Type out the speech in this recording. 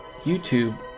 YouTube